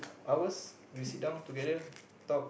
hours we sit down together talk